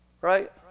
Right